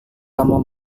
kamu